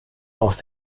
aus